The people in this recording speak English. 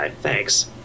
thanks